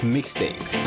Mixtape